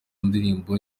ndirimbo